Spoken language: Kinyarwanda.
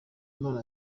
none